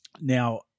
Now